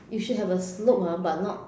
you should have a slope ah but not